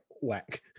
whack